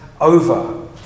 over